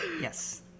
Yes